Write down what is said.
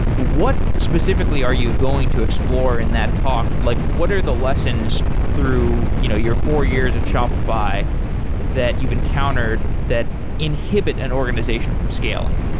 what specifically are you going to explore in that talk? like what are the lessons through you know your four years at shopify that you've encountered that inhibit an organization from scaling?